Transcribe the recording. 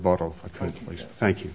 bottle thank you